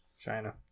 China